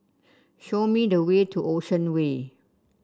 show me the way to Ocean Way